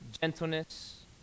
gentleness